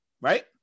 Right